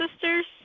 sisters